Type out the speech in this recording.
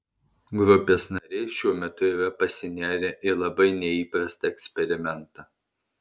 grupės nariai šiuo metu yra pasinėrę į labai neįprastą eksperimentą